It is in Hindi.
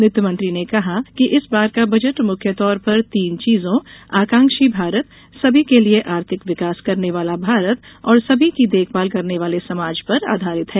वित्त मंत्री ने कहा कि इस बार का बजट मुख्य तौर पर तीन चीजों आकॉक्षी भारत सभी के लिये आर्थिक विकास करने वाला भारत और समी की देखभाल करने वाले समाज पर आधारित है